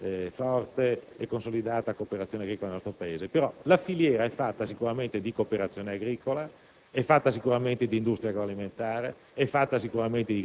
non possiamo prescindere da un'esistente, forte e consolidata cooperazione agricola nel nostro Paese. La filiera, però, è costituita dalla cooperazione agricola,